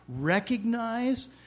recognize